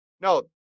No